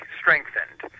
strengthened